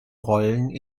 rollen